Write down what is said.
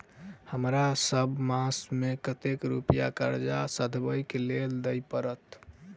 हमरा सब मास मे कतेक रुपया कर्जा सधाबई केँ लेल दइ पड़त?